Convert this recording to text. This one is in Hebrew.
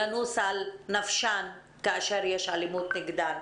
לנוס על נפשן כאשר יש אלימות נגדן.